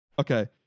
Okay